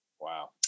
Wow